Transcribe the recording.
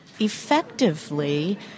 effectively